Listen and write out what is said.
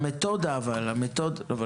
המתודה של